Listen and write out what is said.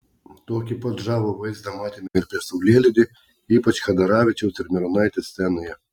tokį pat žavų vaizdą matėme ir prieš saulėlydį ypač chadaravičiaus ir mironaitės scenoje